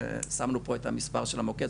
שמנו פה את המספר של המוקד,